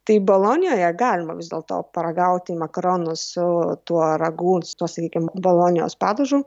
tai bolonijoje galima vis dėlto paragauti makaronų su tuo ragu su tuo sakykim bolonijos padažu